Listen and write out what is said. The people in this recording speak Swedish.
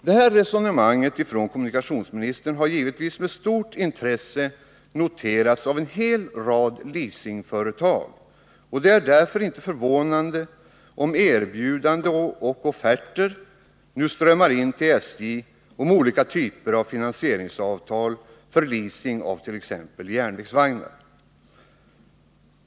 Detta resonemang från kommunikationsministerns sida har givetvis med stort intresse noterats av en hel rad leasingföretag, och det är därför inte förvånande om erbjudanden nu strömmar in till SJ om olika typer av finansieringsavtal för leasing av t.ex. järnvägsvagnar.